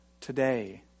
today